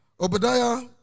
Obadiah